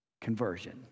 Conversion